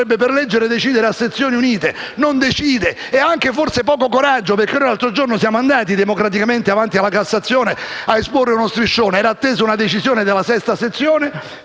per legge a sezioni unite e non decide; forse ha anche poco coraggio, perché l'altro giorno siamo andati democraticamente davanti alla Cassazione a esporre uno striscione: era attesa una decisione della sesta sezione,